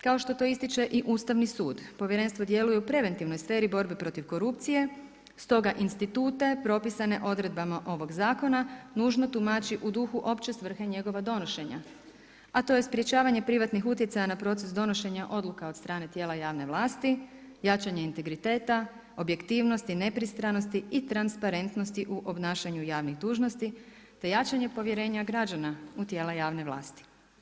Kao što to ističe i Ustavni sud, povjerenstvo djeluju u preventivnoj sferi borbe protiv korupcije, stoga institute propisane odredbama ovog zakona nužno tumači u duhu opće svrhe njegova donošenja a to je sprečavanje privatnih utjecaja na proces donošenja odluka od strane tijela javne vlasti, jačanje integriteta, objektivnosti i nepristranosti i transparentnosti u obnašanju javnih dužnosti te jačanje povjerenja građana u tijela javne vlasti.